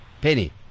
Penny